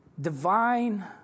divine